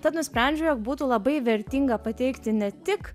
tad nusprendžiau jog būtų labai vertinga pateikti ne tik